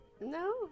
No